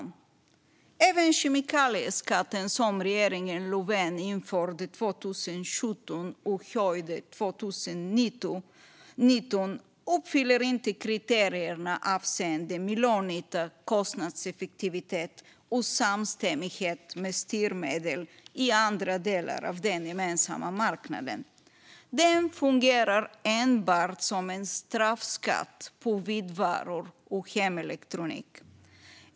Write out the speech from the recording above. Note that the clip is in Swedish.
Inte heller kemikalieskatten, som regeringen Löfven införde 2017 och höjde 2019, uppfyller kriterierna avseende miljönytta, kostnadseffektivitet och samstämmighet med styrmedel i andra delar av den gemensamma marknaden. Den fungerar enbart som en straffskatt på vitvaror och hemelektronik.